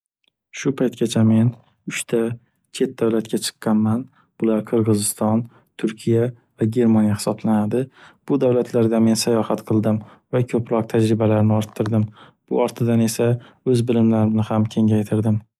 Shu paytgacha men uchta chet davlatga chiqqanman, bular Qirg'iziston, Turkiya va Germaniya hisoblanadi. Bu davlatlarda men sayohat qildim va koʻproq tajribalarni orttirdim, bu ortidan esa oʻz bilimlarimni ham kengaytirdim.